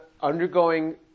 undergoing